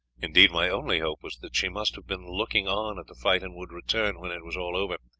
indeed, my only hope was that she must have been looking on at the fight and would return when it was all over,